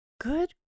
Good